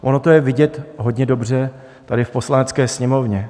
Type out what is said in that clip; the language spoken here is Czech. Ono to je vidět hodně dobře tady v Poslanecké sněmovně.